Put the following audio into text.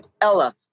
Ella